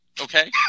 Okay